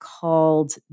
called